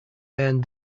and